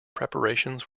preparations